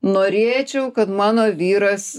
norėčiau kad mano vyras